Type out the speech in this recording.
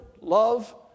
love